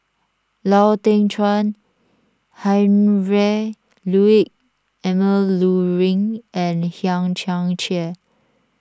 Lau Teng Chuan Heinrich Ludwig Emil Luering and Hang Chang Chieh